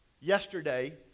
Yesterday